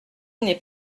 n’est